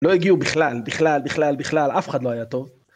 לא יגיעו בכלל, בכלל, בכלל, בכלל, אף אחד לא היה טוב.